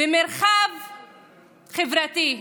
ומרחב חברתי.